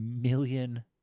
million